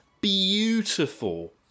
beautiful